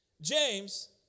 James